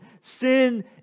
sin